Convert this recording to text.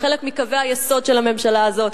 היא חלק מקווי היסוד של הממשלה הזאת.